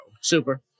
Super